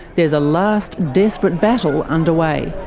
there's a last, desperate battle underway.